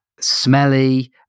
smelly